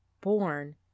born